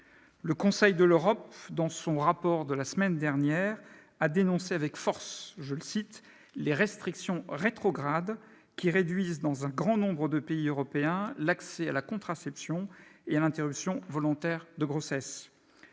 Le Conseil de l'Europe, dans un rapport publié la semaine dernière, a dénoncé avec force les « restrictions rétrogrades » qui réduisent, dans un grand nombre de pays européens, l'accès à la contraception et à l'interruption volontaire de grossesse.